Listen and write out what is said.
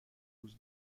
روز